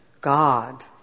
God